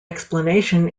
explanation